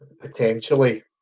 potentially